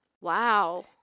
wow